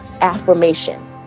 affirmation